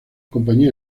compañía